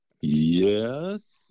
Yes